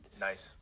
Nice